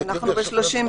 אנחנו ב-37.